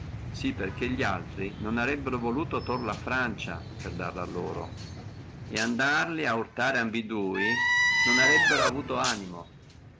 sí perché li altri non arebbono voluto torla a francia per darla a loro et andare a urtarli tutti e dua non arebbono avuto animo